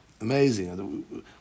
Amazing